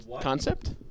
Concept